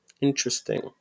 interesting